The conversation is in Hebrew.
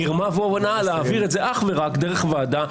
מרמה והונאה, להעביר את זה אך ורק דרך ועדה.